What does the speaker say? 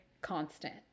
constant